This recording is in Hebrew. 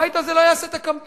הבית הזה לא יעשה את הקמפיין.